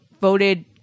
voted